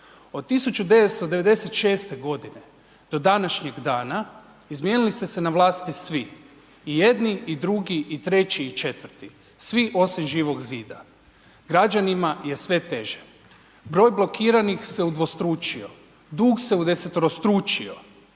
Od 1996. godine do današnjeg dana izmijenili ste se na vlasti svi, i jedni i drugi i treći i četvrti, svi osim Živog zida. Građanima je sve teže, broj blokiranih se udvostručio, dug se udeseterostručio,